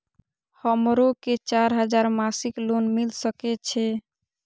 हमरो के चार हजार मासिक लोन मिल सके छे?